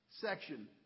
section